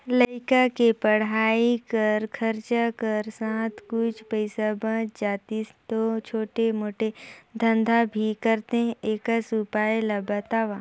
लइका के पढ़ाई कर खरचा कर साथ कुछ पईसा बाच जातिस तो छोटे मोटे धंधा भी करते एकस उपाय ला बताव?